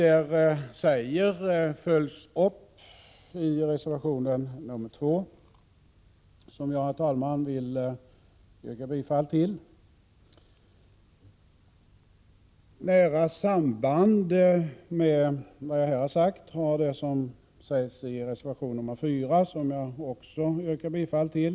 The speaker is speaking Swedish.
Detta följs upp i reservation 2, som jag, herr talman, vill yrka bifall till. Nära samband med vad jag här har sagt har det som anförs i reservation 4, som jag också yrkar bifall till.